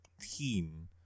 teen